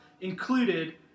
included